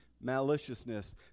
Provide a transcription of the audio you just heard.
maliciousness